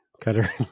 Cutter